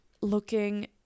looking